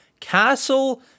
castle